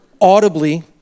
audibly